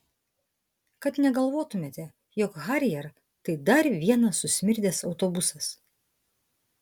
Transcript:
kad negalvotumėte jog harrier tai dar vienas susmirdęs autobusas